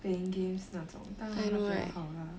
playing games 那种当然他比较好 lah